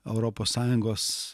europos sąjungos